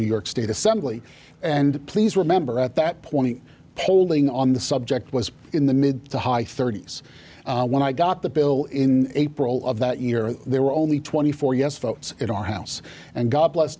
new york state assembly and please remember at that point holding on the subject was in the mid to high thirty's when i got the bill in april of that year there were only twenty four yes votes in our house and god bless